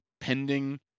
pending